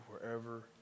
wherever